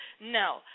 no